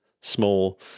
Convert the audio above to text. small